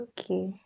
Okay